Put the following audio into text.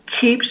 keeps